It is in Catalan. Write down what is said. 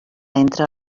entre